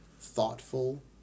thoughtful